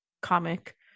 comic